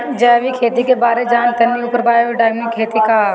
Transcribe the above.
जैविक खेती के बारे जान तानी पर उ बायोडायनमिक खेती का ह?